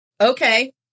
Okay